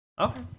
Okay